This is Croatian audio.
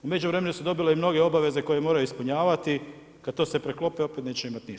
U međuvremenu su dobile i mnoge obaveze koje moraju ispunjavati, kad to sve preklope, opet neće imati ništa.